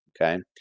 okay